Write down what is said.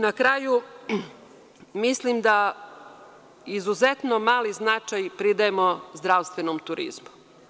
Na kraju, mislim da izuzetno mali značaj pridajemo zdravstvenom turizmu.